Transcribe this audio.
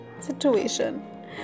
situation